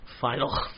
final